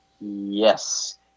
Yes